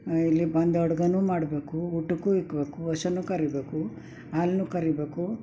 ಇಲ್ಲಿ ಬಂದು ಅಡ್ಗೆನೂ ಮಾಡಬೇಕು ಊಟಕ್ಕೂ ಇಡ್ಬೇಕು ಹಸನು ಕರಿಬೇಕು ಹಾಲನ್ನು ಕರಿಬೇಕು